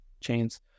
chains